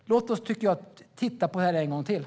Låt oss titta på detta en gång till.